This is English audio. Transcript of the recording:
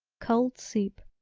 cold soup,